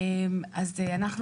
אז אנחנו